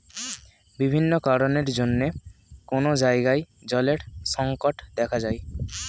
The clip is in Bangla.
বিভিন্ন কারণের জন্যে কোন জায়গায় জলের সংকট দেখা যায়